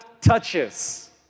touches